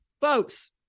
folks